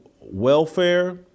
welfare